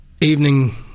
evening